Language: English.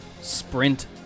sprint